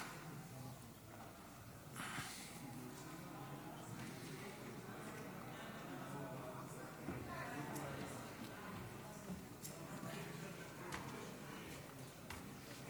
אתה יודע,